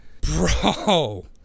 bro